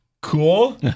cool